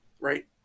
right